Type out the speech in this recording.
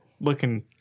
looking